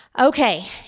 Okay